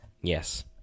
Yes